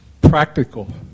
practical